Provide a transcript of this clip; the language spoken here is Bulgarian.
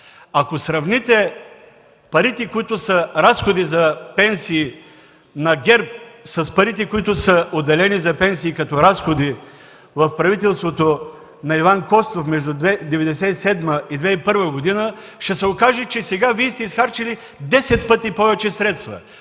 Ако сравните парите, които са разходи за пенсии на ГЕРБ, с парите, отделени за пенсии като разходи в правителството на Иван Костов – между 1997 и 2001 г., ще се окаже, че сега Вие сте изхарчили десет пъти повече средства.